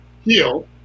heal